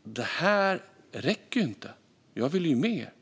Det räcker dock inte. Jag vill mer.